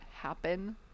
happen